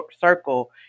circle